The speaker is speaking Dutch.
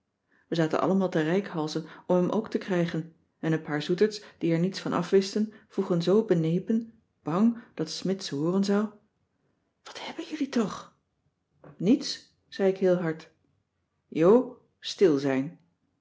we zaten allemaal te reikhalzen om hem ook te krijgen en een paar zoeterds die er niets van afwisten vroegen zoo benepen bang dat smidt ze hooren zou wat hebben jullie toch niets zei ik heel hard jo stil zijn